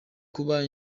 kuba